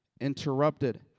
interrupted